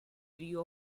view